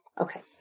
Okay